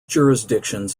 jurisdictions